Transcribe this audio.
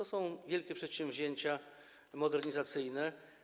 To są wielkie przedsięwzięcia modernizacyjne.